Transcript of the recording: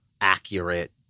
accurate